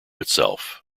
itself